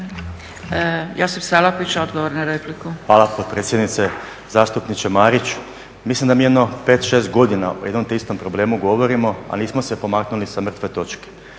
repliku. **Salapić, Josip (HDSSB)** Hvala potpredsjednice. Zastupniče Mariću, mislim da mi 5, 6 godina o jednom te istom problemu govorimo, a nismo se pomaknuli sa mrtve točke.